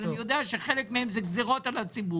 אבל אני יודע שחלק מהם זה גזרות על הציבור,